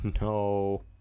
No